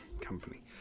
company